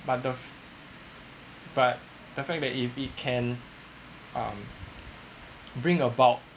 but the but the fact that it it can bring about